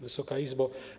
Wysoka Izbo!